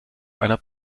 einer